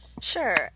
Sure